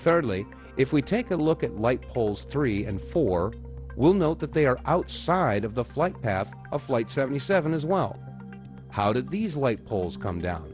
thirdly if we take a look at light poles three and four will note that they are outside of the flight path of flight seventy seven as well how did these light poles come down